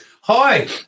Hi